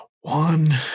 One